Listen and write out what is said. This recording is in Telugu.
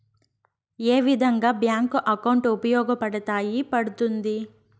ఏ విధంగా బ్యాంకు అకౌంట్ ఉపయోగపడతాయి పడ్తుంది